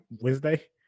wednesday